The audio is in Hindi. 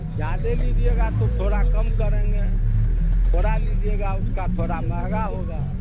ज़्यादा लीजिएगा तो थोड़ा कम करेंगे थोड़ा लीजिएगा उसका थोड़ा महंगा होगा